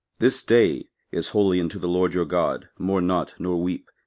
this day is holy unto the lord your god mourn not, nor weep.